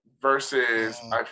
versus